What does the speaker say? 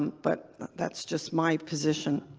but that's just my position.